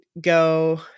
go